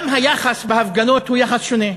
גם היחס בהפגנות הוא יחס שונה.